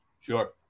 Sure